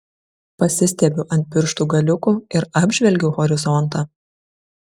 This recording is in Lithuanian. pasistiebiu ant pirštų galiukų ir apžvelgiu horizontą